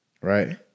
right